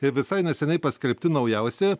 ir visai neseniai paskelbti naujausi